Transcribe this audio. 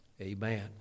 Amen